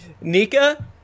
Nika